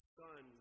son